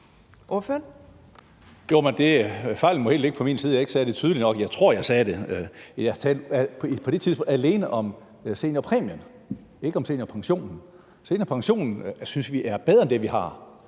det tydeligt nok, må ligge helt på min side – jeg tror, jeg sagde det. Jeg talte på det tidspunkt alene om seniorpræmien og ikke om seniorpensionen. Seniorpensionen synes vi er bedre end det, vi havde